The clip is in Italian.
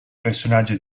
personaggio